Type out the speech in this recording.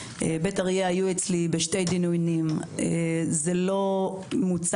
גם בית הספר בבית אריה נמצא בדיונים אצלי עם מהנדסים שלנו